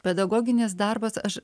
pedagoginis darbas aš